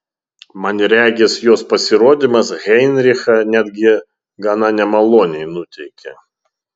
man regis jos pasirodymas heinrichą netgi gana nemaloniai nuteikė